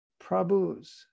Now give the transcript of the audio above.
Prabhus